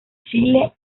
chile